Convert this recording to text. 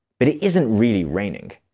but it isn't really raining.